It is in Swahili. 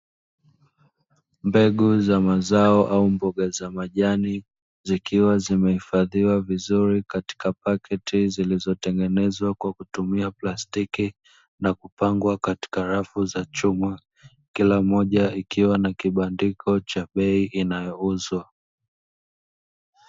Mbegu za mazao au mboga za majani, zikiwa zimehifadhiwa vizuri katika paketi zilizotengenezwa kwa kutumia plastiki, na kupangwa katika rafu za chuma, kila mmoja ikiwa na kibandiko cha bei inayouzwa.